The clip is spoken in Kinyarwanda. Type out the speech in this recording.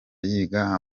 yiga